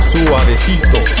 Suavecito